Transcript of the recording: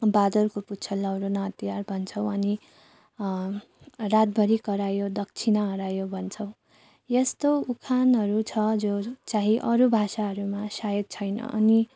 बाँदरको पुच्छर लौरो न हतियार भन्छौँ अनि रातभरि करायो दक्षिणा हरायो भन्छौँ यस्तो उखानहरू छ जो चाहिँ अरू भाषाहरूमा सायद छैन अनि